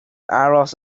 aros